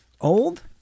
old